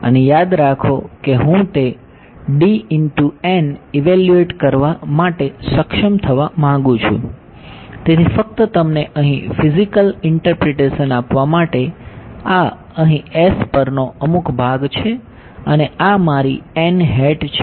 અને યાદ રાખો કે હું તે ઇવેલ્યુએટ કરવા માટે સક્ષમ થવા માંગુ છું તેથી ફક્ત તમને અહીં ફિઝિકલ ઇન્ટરપ્રિટેશન આપવા માટે આ અહીં S પરનો અમુક ભાગ છે અને આ મારી n હેટ છે